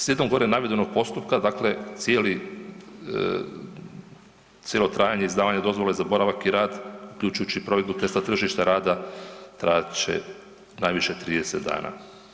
Slijedom gore navedenog postupka, dakle cijeli, cijelo trajanje izdavanja dozvole za boravak i rad uključujući provedbu testa tržišta rada trajat će najviše 30 dana.